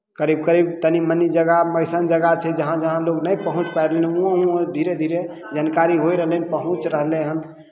करीब करीब तनि मनि जगह अइसन जगह छै जहाँ जहाँ लोक नहि पहुँच पाबि रहलै उहोँ उहोँ धीरे धीरे जानकारी होय रहलै हन पहुँच रहलै हन